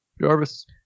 Jarvis